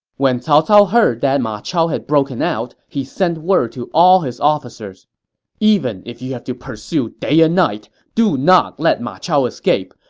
when cao cao heard that ma chao had broken out, he sent word to all his officers even if you have to pursue day and night, do not let ma chao escape.